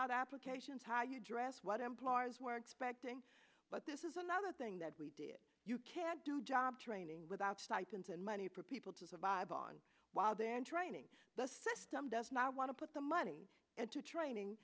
out applications how you dress what employers were expecting but this is another thing that we did you can't do job training without stipends and money for people to survive on while they're in training the system does not want to put the money and to training